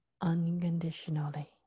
unconditionally